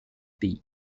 pays